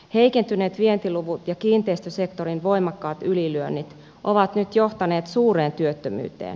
heikentyneet vientiluvut ja kiinteistösektorin voimakkaat ylilyönnit ovat nyt johtaneet suureen työttömyyteen